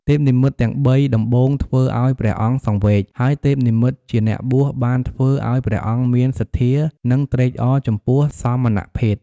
ទេពនិមិត្តទាំងបីដំបូងធ្វើឲ្យព្រះអង្គសង្វេគ ហើយទេពនិមិត្តជាអ្នកបួសបានធ្វើឲ្យព្រះអង្គមានសទ្ធា និងត្រេកអរចំពោះសមណភេទ។